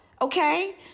Okay